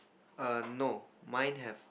err no mine have